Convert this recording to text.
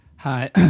Hi